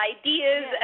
ideas